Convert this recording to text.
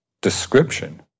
description